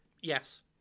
Yes